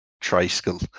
tricycle